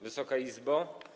Wysoka Izbo!